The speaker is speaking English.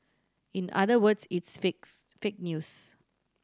in other words it's fakes fake news